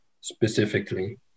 specifically